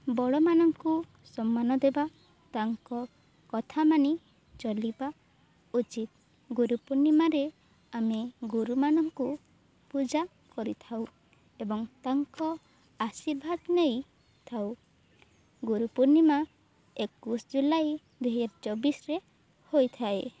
ବଡ଼ମାନଙ୍କୁ ସମ୍ମାନ ଦେବା ତାଙ୍କ କଥା ମାନି ଚଳିବା ଉଚିତ ଗୁରୁ ପୂର୍ଣ୍ଣିମାରେ ଆମେ ଗୁରୁମାନଙ୍କୁ ପୂଜା କରିଥାଉ ଏବଂ ତାଙ୍କ ଆଶୀର୍ବାଦ ନେଇ ଥାଉ ଗୁରୁ ପୂର୍ଣ୍ଣିମା ଏକୋଇଶି ଜୁଲାଇ ଦୁଇହଜାର ଚବିଶିରେ ହୋଇଥାଏ